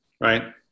right